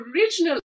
original